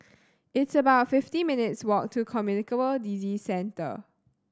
it's about fifty minutes walk to Communicable Disease Centre